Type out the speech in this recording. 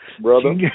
brother